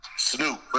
Snoop